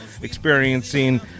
experiencing